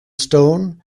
stone